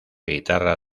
guitarra